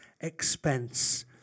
expense